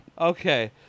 Okay